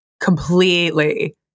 Completely